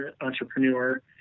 entrepreneur